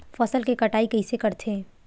फसल के कटाई कइसे करथे?